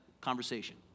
conversation